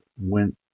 went